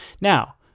Now